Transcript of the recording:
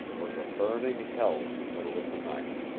was a burning hell in the middle of the night.